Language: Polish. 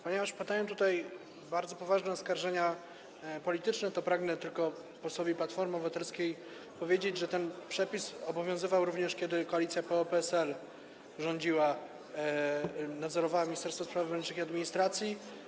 Ponieważ padają tutaj bardzo poważne oskarżenia polityczne, pragnę tylko posłowi Platformy Obywatelskiej powiedzieć, że ten przepis obowiązywał również wtedy, kiedy rządziła koalicja PO-PSL, która nadzorowała Ministerstwo Spraw Wewnętrznych i Administracji.